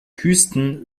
küsten